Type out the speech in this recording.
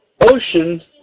ocean